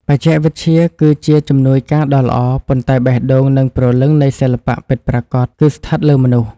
បច្ចេកវិទ្យាគឺជាជំនួយការដ៏ល្អ ប៉ុន្តែ បេះដូង និង ព្រលឹងនៃសិល្បៈពិតប្រាកដគឺស្ថិតលើមនុស្ស។